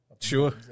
Sure